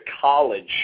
college